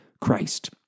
Christ